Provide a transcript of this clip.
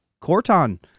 Corton